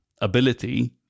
ability